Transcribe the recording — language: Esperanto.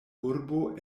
urbo